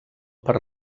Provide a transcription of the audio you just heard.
per